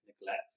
neglect